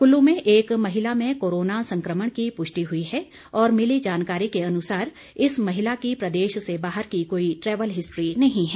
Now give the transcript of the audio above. कुल्लू में एक महिला में कोरोना संक्रमण की पुष्टि हुई है और मिली जानकारी के अनुसार इस महिला की प्रदेश से बाहर की कोई ट्रेवल हिस्ट्री नहीं है